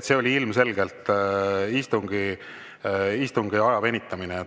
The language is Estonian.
See oli ilmselgelt [infotunni] aja venitamine.